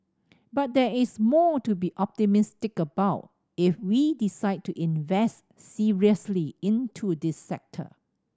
but there is more to be optimistic about if we decide to invest seriously into this sector